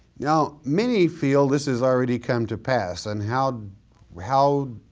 now many feel this has already come to pass and how how